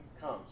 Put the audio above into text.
comes